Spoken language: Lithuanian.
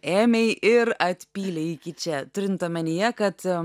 ėmei ir atpylei iki čia turint omenyje kad